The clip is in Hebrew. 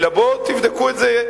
אלא בואו תבדקו את זה.